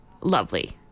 lovely